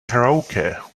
karaoke